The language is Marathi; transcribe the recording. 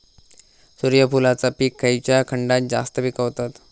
सूर्यफूलाचा पीक खयच्या खंडात जास्त पिकवतत?